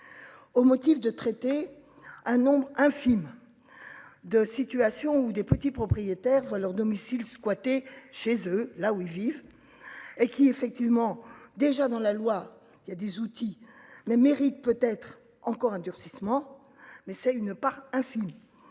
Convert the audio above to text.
Au motif de traiter un nombre infime. De situations où des petits propriétaires leur domicile squatter chez eux là où ils vivent. Et qui effectivement déjà dans la loi il y a des outils, mais mérite peut être encore un durcissement. Mais c'est une part infime.